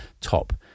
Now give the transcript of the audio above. top